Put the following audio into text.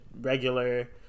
regular